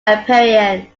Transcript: appearance